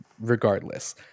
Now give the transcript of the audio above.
regardless